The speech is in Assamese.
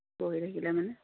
বহি থাকিলে মানে